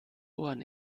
ohren